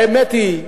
האמת היא,